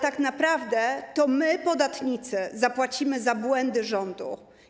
Tak naprawdę to my, podatnicy, zapłacimy za błędy rządu.